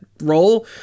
role